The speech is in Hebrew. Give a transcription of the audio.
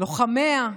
לוחמיה,